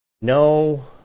No